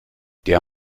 der